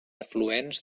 afluents